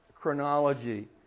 chronology